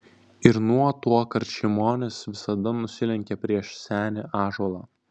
ir nuo tuokart šimonis visada nusilenkia prieš senį ąžuolą